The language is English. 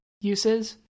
uses